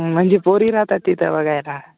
म्हणजे पोरी राहतात तिथं बघायला